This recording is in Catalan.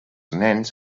nens